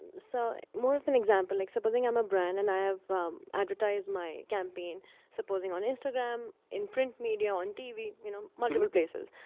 so, it's more of an example-like. supposing i'm a brand and i have advertised my campaign supposing on instagram, in print media, on tv, you know, multiple places.